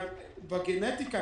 בגנטיקה,